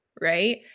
right